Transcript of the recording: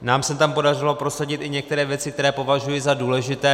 Nám se tam podařilo prosadit i některé věci, které považuji za důležité.